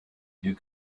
you